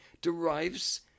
derives